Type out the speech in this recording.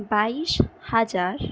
বাইশ হাজার